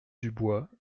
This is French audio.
dubois